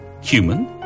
human